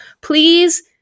please